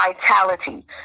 vitality